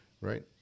Right